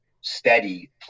steady